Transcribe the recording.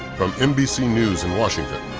from nbc news in washington,